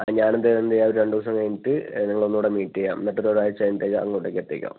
ആ ഞാനെന്തേ എന്ത് ചെയ്യാ രണ്ടിവസം കഴിഞ്ഞിട്ട് നിങ്ങളൊന്നൂടെ മീറ്റ് ചെയ്യാം എന്നിട്ട് അത് ഒരാഴ്ച്ച കഴിഞ്ഞിട്ട് അങ്ങോട്ടേക്ക് എത്തിക്കാം